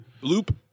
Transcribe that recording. Loop